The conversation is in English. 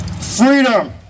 Freedom